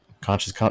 conscious